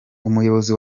umuyobozi